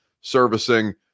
servicing